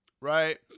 Right